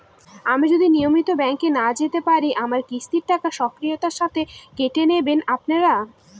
আমি যদি নিয়মিত ব্যংকে না যেতে পারি আমার কিস্তির টাকা স্বকীয়তার সাথে কেটে নেবেন আপনারা?